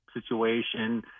situation